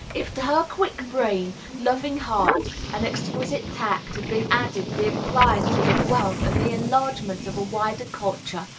if to her quick brain, loving heart, and exquisite tact had been added the appliances of wealth and the enlargements of a wider culture,